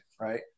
right